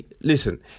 Listen